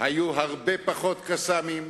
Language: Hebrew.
היו הרבה פחות "קסאמים",